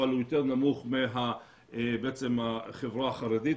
אבל יותר נמוך מהחברה החרדית.